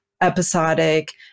episodic